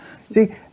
See